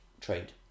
trade